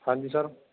ਹਾਂਜੀ ਸਰ